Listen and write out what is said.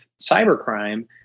cybercrime